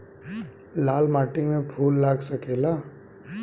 लाल माटी में फूल लाग सकेला?